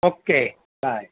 okay bye